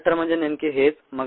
bioreactor म्हणजे नेमके हेच